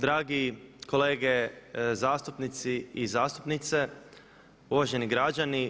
Dragi kolege zastupnici i zastupnice, uvaženi građani.